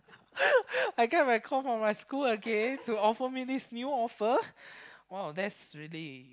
I get my call for my school again to offer me this new offer !wow! that's really